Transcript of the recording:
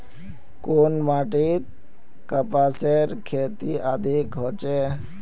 कुन माटित कपासेर खेती अधिक होचे?